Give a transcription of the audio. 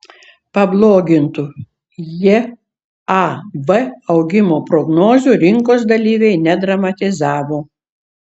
pablogintų jav augimo prognozių rinkos dalyviai nedramatizavo